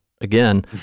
again